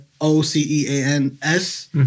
O-C-E-A-N-S